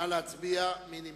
מי נמנע?